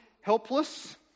helpless